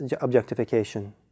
objectification